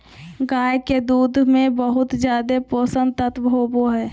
गाय के दूध में बहुत ज़्यादे पोषक तत्व होबई हई